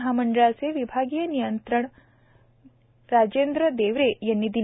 महामंडळाचे विभागीय नियंत्रण राजेंद्र देवरे यांनी दिली